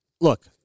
Look